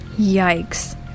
Yikes